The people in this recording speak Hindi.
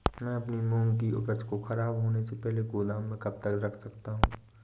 मैं अपनी मूंग की उपज को ख़राब होने से पहले गोदाम में कब तक रख सकता हूँ?